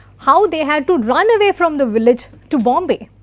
how they had to run away from the village to bombay,